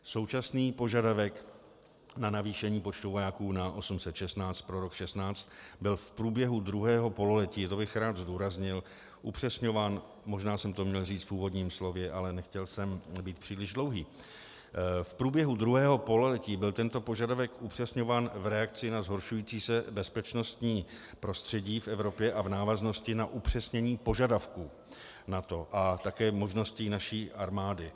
Současný požadavek na navýšení počtu vojáků na 816 pro rok 2016 byl v průběhu druhého pololetí, a to bych rád zdůraznil, upřesňován, možná jsem to měl říct v úvodním slově, ale nechtěl jsem být příliš dlouhý, v průběhu druhého pololetí byl tento požadavek upřesňován v reakci na zhoršující se bezpečnostní prostředí v Evropě a v návaznosti na upřesnění požadavků NATO a také možností naší armády.